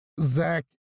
Zach